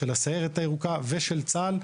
של הסיירת הירוקה ושל צה"ל,